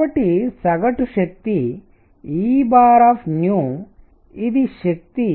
కాబట్టి సగటు శక్తి Eఇది శక్తి